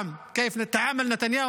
זה בינינו.